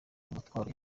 umutwaro